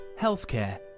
healthcare